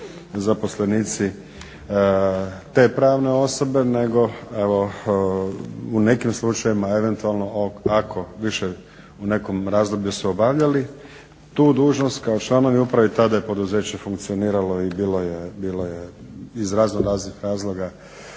zaposlenici te pravne osobe nego evo u nekim slučajevima eventualno ako više u nekom razdoblju su obavljali tu dužnost kao članovi uprave tada je poduzeće funkcioniralo i bilo je iz raznoraznih razloga